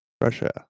Russia